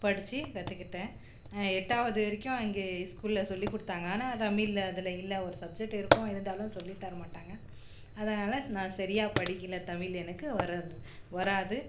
படிச்சு கற்றுக்கிட்டேன் எட்டாவது வரைக்கும் இங்கே ஸ்கூலில் சொல்லி கொடுத்தாங்க ஆனால் தமிழில் அதில் இல்லை ஒரு சப்ஜெக்ட்டு இருக்கும் இருந்தாலும் சொல்லித் தர மாட்டாங்க அதனால் நான் சரியாக படிக்கல தமிழ் எனக்கு வராது வராது